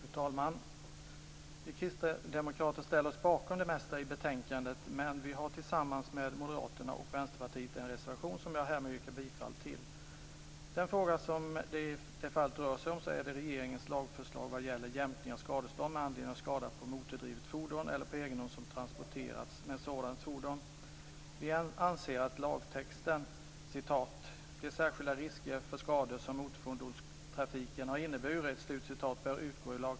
Fru talman! Vi kristdemokrater ställer oss bakom det mesta i betänkandet, men vi har tillsammans med Moderaterna och Vänsterpartiet en reservation som jag härmed yrkar bifall till. Den fråga som det i det här fallet rör sig om är regeringens förslag vad gäller jämkning av skadestånd med anledning av skada på motordrivet fordon eller på egendom som transporterats med sådant fordon. Vi anser att texten "de särskilda risker för skador som motorfordonstrafiken har inneburit" bör utgå ur lagtexten.